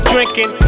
Drinking